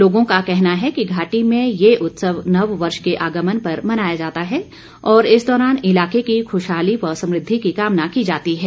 लोगों का कहना है कि घाटी में ये उत्सव नव वर्ष के आगमन पर मनाया जाता है और इस दौरान इलाके की खुशहाली व समृद्धि की कामना की जाती है